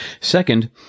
Second